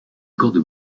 cordes